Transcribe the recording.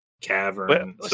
Cavern